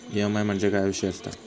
EMI म्हणजे काय विषय आसता?